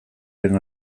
lehen